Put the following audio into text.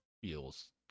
feels